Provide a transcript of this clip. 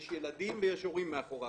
יש ילדים ויש הורים מאחוריו.